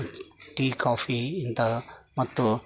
tea coffee ಇಂತಹ ಮತ್ತು